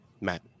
Matt